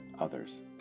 others